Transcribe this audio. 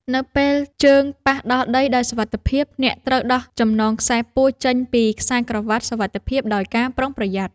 នៅពេលជើងប៉ះដល់ដីដោយសុវត្ថិភាព អ្នកត្រូវដោះចំណងខ្សែពួរចេញពីខ្សែក្រវាត់សុវត្ថិភាពដោយការប្រុងប្រយ័ត្ន។